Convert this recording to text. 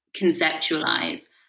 conceptualize